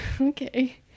Okay